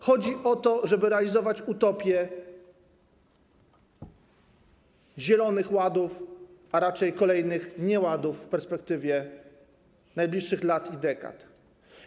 Chodzi o to, żeby realizować utopię zielonych ładów, a raczej kolejnych nieładów w perspektywie najbliższych lat i dekad.